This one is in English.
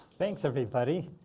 thanks, everybody.